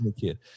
kid